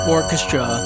Orchestra